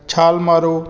ਛਾਲ ਮਾਰੋ